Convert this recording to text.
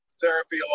therapy